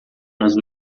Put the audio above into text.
nas